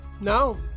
no